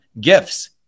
gifts